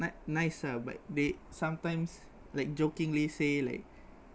n~ nice ah but they sometimes like jokingly say like